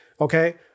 okay